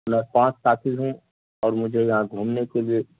میں پانچ ساتھی ہوں اور مجھے یہاں گھومنے کے لیے